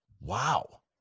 Wow